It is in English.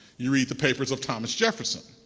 you read the papers of thomas jefferson.